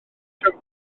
cymru